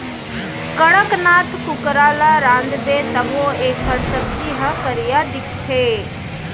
कड़कनाथ कुकरा ल रांधबे तभो एकर सब्जी ह करिया दिखथे